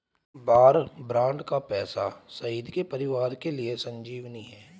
वार bond का पैसा शहीद के परिवारों के लिए संजीवनी है